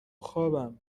خوابم